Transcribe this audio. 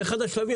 באחד השלבים,